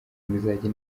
izajya